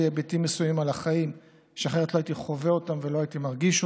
היבטים מסוימים על החיים שאחרת לא הייתי חווה ולא הייתי מרגיש.